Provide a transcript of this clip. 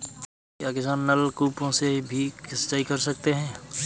क्या किसान नल कूपों से भी सिंचाई कर सकते हैं?